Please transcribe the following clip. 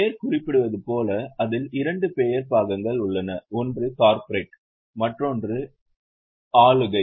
பெயர் குறிப்பிடுவது போல அதில் இரண்டு பெயர் பாகங்கள் உள்ளன ஒன்று கார்ப்பரேட் மற்றொன்று ஆளுகை